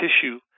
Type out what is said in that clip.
tissue